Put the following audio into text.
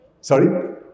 Sorry